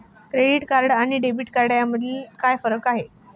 Credit card आणि debit card यामध्ये काय फरक आहे?